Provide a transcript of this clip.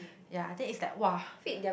ya then it's like !wah!